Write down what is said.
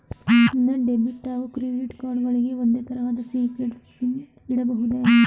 ನನ್ನ ಡೆಬಿಟ್ ಹಾಗೂ credit card ಗಳಿಗೆ ಒಂದೇ ತರಹದ ಸೀಕ್ರೇಟ್ ಪಿನ್ ಇಡಬಹುದೇ?